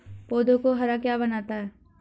पौधों को हरा क्या बनाता है?